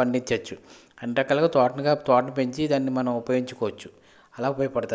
పండించవచ్చు అంటే అక్కడ తోటను తోటను పెంచి దాన్ని మనం ఉపయోగించుకోవచ్చు అలా ఉపయోగపడుతుంది